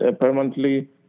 permanently